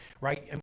right